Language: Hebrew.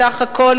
בסך הכול,